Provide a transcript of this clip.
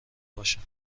باشم